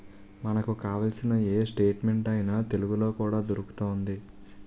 మనకు కావాల్సిన ఏ స్టేట్మెంట్ అయినా తెలుగులో కూడా దొరుకుతోంది